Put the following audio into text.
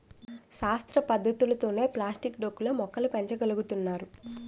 శాస్త్ర పద్ధతులతోనే ప్లాస్టిక్ డొక్కు లో మొక్కలు పెంచ గలుగుతున్నారు